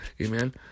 Amen